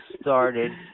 started